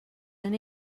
than